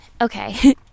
okay